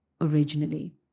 originally